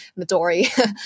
Midori